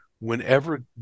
Whenever